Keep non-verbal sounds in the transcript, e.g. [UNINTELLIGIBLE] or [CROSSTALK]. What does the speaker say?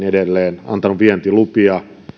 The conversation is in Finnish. [UNINTELLIGIBLE] edelleen antanut vientilupia arabiemiraatteihin